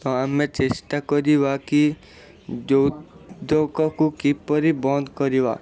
ଆମେ ଚେଷ୍ଟା କରିବା କି ଯୌତୁକକୁ କିପରି ବନ୍ଦ କରିବା